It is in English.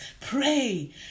pray